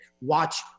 watch